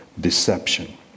deception